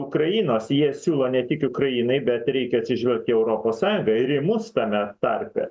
ukrainos jie siūlo ne tik ukrainai bet reikia atsižvelgt į europos sąjungą ir į mus tame tarpe